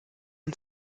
ein